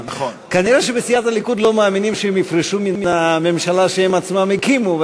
כנראה בסיעת הליכוד לא מאמינים שהם יפרשו מן הממשלה שהם עצמם הקימו,